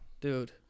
Dude